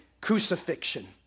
crucifixion